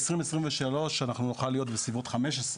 ל-2023 אנחנו נוכל להיות בסביבות 15,